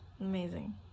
amazing